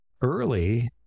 early